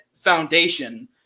foundation